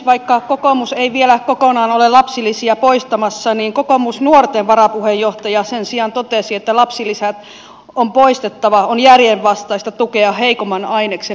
vaikka kokoomus ei vielä kokonaan ole lapsilisiä poistamassa niin kokoomusnuorten varapuheenjohtaja sen sijaan totesi että lapsilisät on poistettava on järjenvastaista tukea heikomman aineksen lisääntymistä